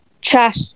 chat